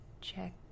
Check